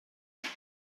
دهم